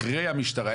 אחרי המשטרה,